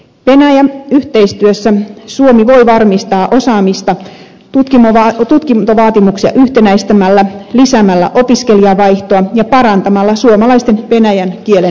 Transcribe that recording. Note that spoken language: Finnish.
venäjä yhteistyössä suomi voi varmistaa osaamista tutkintovaatimuksia yhtenäistämällä lisäämällä opiskelijavaihtoa ja parantamalla suomalaisten venäjän kielen osaamista